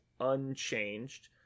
unchanged